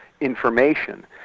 information